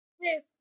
Yes